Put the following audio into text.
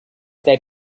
they